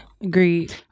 agreed